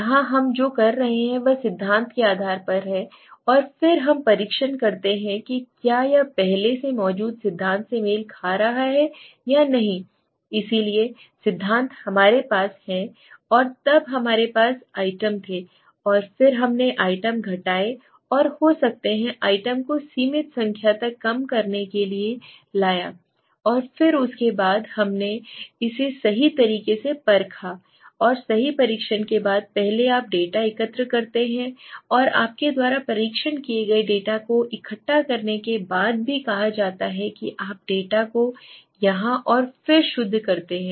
यहां हम जो कर रहे हैं वह सिद्धांत के आधार पर है और फिर हम परीक्षण करते हैं कि क्या यह पहले से मौजूद सिद्धांत से मेल खा रहा है या नहीं इसलिए सिद्धांत हमारे पास है और तब हमारे पास आइटम थे और फिर हमने आइटम घटाए और हो सकते हैं आइटम को सीमित संख्या तक कम करने के लिए लाया और फिर उसके बाद हमने इसे सही तरीके से परखा और सही परीक्षण के बाद पहले आप डेटा एकत्र करते हैं और आपके द्वारा परीक्षण किए गए डेटा को इकट्ठा करने के बाद भी कहा है कि आप डेटा को यहाँ और फिर शुद्ध करते हैं